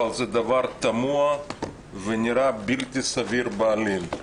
זה דבר תמוה ונראה בלתי סביר בעליל.